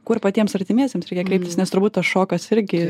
kur patiems artimiesiems reikia kreiptis nes turbūt tas šokas irgi